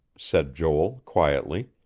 said joel quietly,